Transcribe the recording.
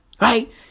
Right